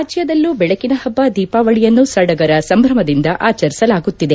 ರಾಜ್ಯದಲ್ಲೂ ಬೆಳಕಿನ ಹಬ್ಬ ದೀಪಾವಳಿಯನ್ನು ಸದಗರ ಸಂಭ್ರಮದಿಂದ ಆಚರಿಸಲಾಗುತ್ತಿದೆ